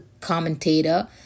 commentator